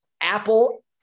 Apple